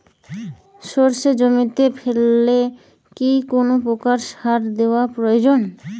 সর্ষে জমিতে ফেলে কি কোন প্রকার সার দেওয়া প্রয়োজন?